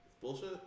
Bullshit